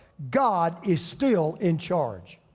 god is still in charge.